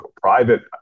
private